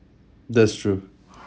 that is true